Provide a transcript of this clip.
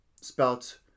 spelt